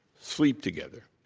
sleep together.